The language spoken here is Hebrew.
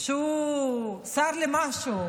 שהוא שר למשהו,